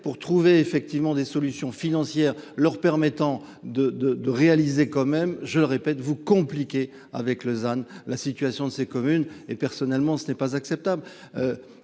pour trouver effectivement des solutions financières leur permettant de de de réaliser quand même je le répète vous compliqué avec Lausanne. La situation de ces communes et personnellement ce n'est pas acceptable.